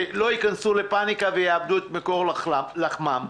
שלא ייכנסו לפאניקה ויאבדו את מקור לחמם.